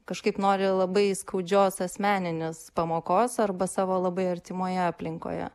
kažkaip nori labai skaudžios asmeninės pamokos arba savo labai artimoje aplinkoje